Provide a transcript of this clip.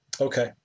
Okay